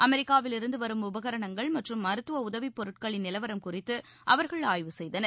அமெரிக்காவிலிருந்துவரும் உபகரணங்கள் மற்றும் மருத்துவஉதவிப் பொருட்களின் நிலவரம் குறித்துஅவர்கள் ஆய்வு செய்தனர்